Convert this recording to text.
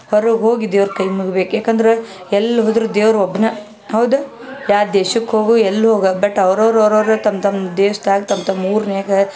ಹೊರಗೆ ಹೋಗಿ ದೇವ್ರು ಕೈ ಮುಗಿಬೇಕು ಯಾಕಂದ್ರೆ ಎಲ್ಲಿ ಹೋದ್ರೂ ದೇವ್ರು ಒಬ್ನೇ ಹೌದು ಯಾವ ದೇಶಕ್ಕೆ ಹೋಗೂ ಎಲ್ಲಿ ಹೋಗು ಬಟ್ ಅವ್ರವ್ರು ಅವ್ರವ್ರು ತಮ್ಮ ತಮ್ಮ ದೇಶ್ದಾಗ ತಮ್ಮ ತಮ್ಮ ಊರ್ನ್ಯಾಗ